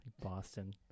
Boston